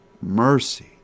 mercy